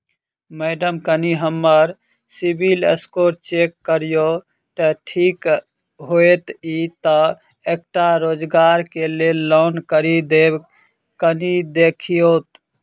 Madam कनि हम्मर CIBIL score check करियो तेँ ठीक हएत ई तऽ एकटा रोजगार केँ लैल लोन करि देब कनि देखीओत?